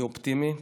אני אופטימי.